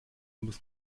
muss